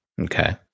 Okay